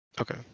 Okay